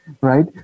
Right